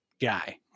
guy